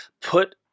put